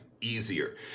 easier